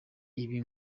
ibi